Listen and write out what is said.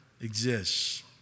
exists